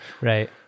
right